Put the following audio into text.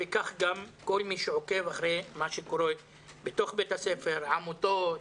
וכך גם את כל מי שעוקב אחר מה שקורה בתוך בית הספר עמותות,